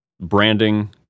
branding